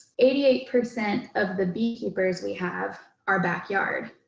eighty eight percent of the beekeepers we have are backyard.